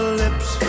lips